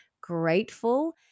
grateful